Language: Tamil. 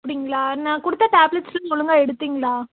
அப்படிங்ளா நான் கொடுத்த டேப்ளேட்ஸ்லாம் ஒழுங்காக எடுத்திங்ளா